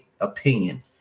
opinion